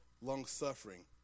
long-suffering